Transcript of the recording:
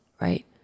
right